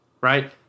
right